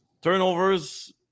turnovers